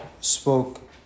spoke